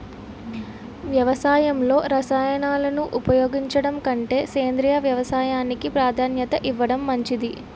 వ్యవసాయంలో రసాయనాలను ఉపయోగించడం కంటే సేంద్రియ వ్యవసాయానికి ప్రాధాన్యత ఇవ్వడం మంచిది